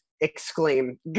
exclaim